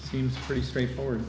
seems pretty straightforward